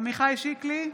עמיחי שיקלי,